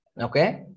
Okay